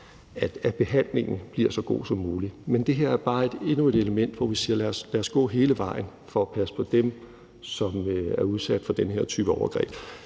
at behandlingen bliver så god som mulig. Men det her er bare endnu et element, hvor vi siger: Lad os gå hele vejen for at passe på dem, som har været udsat for den her type overgreb.